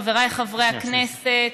חבריי חברי הכנסת,